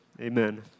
Amen